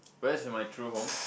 where's my true home